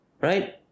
Right